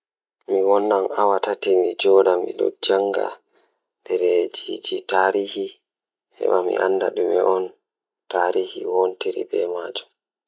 So miɗo waawi nanaaɗe saaciiɗi ɗiɗi e nder jammaaji ɗe, Mi waɗa waɗude njangol e rewɓe, haɗde mi waɗa nelɗude hoore am e nguurndam